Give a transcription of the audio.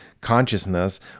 consciousness